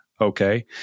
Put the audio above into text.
okay